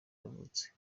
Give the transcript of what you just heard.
yavutse